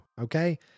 Okay